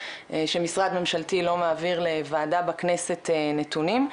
שמשרד ממשלתי לא מעביר לוועדה בכנסת נתונים,